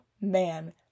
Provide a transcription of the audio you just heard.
man